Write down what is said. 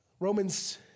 Romans